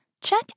check